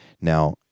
now